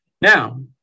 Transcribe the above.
Now